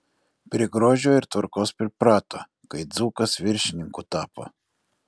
prie grožio ir tvarkos priprato kai dzūkas viršininku tapo